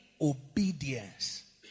obedience